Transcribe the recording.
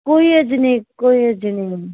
કોઈ જ નઈ કોઈ જ નઈ